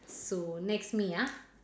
so next me ah